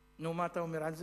נו, מה אתה אומר על זה?